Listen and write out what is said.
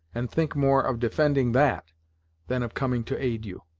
and think more of defending that than of coming to aid you.